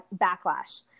backlash